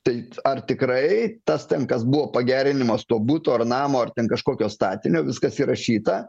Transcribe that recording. tai ar tikrai tas ten kas buvo pagerinimas to buto ar namo ar ten kažkokio statinio viskas įrašyta